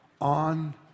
On